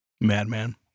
madman